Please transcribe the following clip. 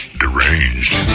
deranged